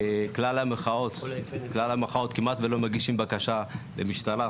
כלל המחאות כמעט ולא מגישים בקשה למשטרה.